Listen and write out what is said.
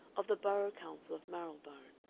of the borough council of marylebone.